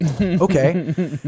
Okay